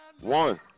One